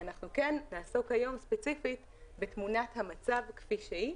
אנחנו כן נעסוק היום ספציפית בתמונת המצב כפי שהיא.